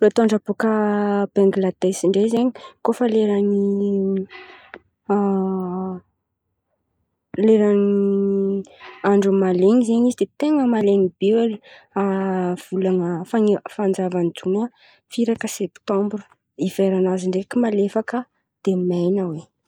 Toetr'andra bôkà Bangladeshy ndraiky zen̈y kôa efa leran'ny leran'ny andro mahalen̈y izy dia ten̈a mahalen̈y be hoe. Volana fane- fanjavan'ny Jona firaka septambra, hiverànazy ndraiky malefaka dia main̈a hoe.